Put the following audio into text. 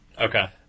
Okay